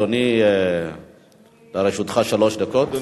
בבקשה, אדוני, לרשותך שלוש דקות.